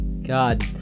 god